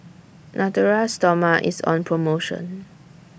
Natura Stoma IS on promotion